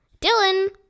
Dylan